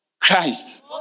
Christ